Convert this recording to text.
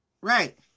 Right